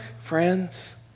friends